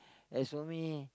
as for me